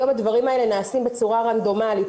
היום הדברים האלה נעשים בצורה רנדומלית,